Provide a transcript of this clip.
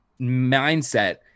mindset